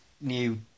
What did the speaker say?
new